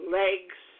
legs